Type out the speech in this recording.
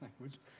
language